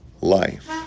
life